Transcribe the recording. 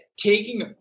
Taking